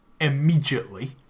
immediately